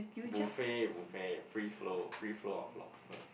buffet buffet free flow free flow of lobsters